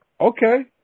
Okay